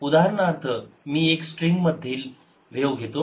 उदाहरणार्थ मी एक स्ट्रिंग मधील व्हेव घेतो